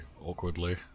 awkwardly